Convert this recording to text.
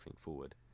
forward